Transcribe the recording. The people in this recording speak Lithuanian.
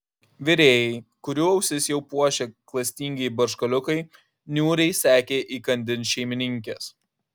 virėjai kurių ausis jau puošė klastingieji barškaliukai niūriai sekė įkandin šeimininkės